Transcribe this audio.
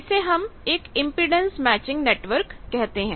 इसे हम एक इंपेडेंस मैचिंग नेटवर्क कहते हैं